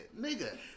Nigga